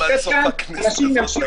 אגב, כאן כן צודק פרופ' בנטואיץ’.